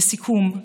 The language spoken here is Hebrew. לסיכום,